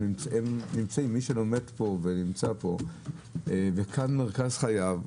הם נמצאים מי שלומד פה ונמצא פה וכאן מרכז חייו,